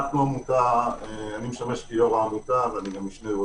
יושב-ראש העמותה.